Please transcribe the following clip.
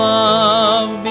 love